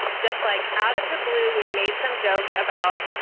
just like out of the blue, we made some joke about,